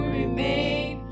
remain